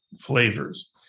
flavors